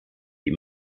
die